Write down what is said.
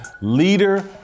leader